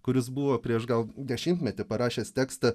kuris buvo prieš gal dešimtmetį parašęs tekstą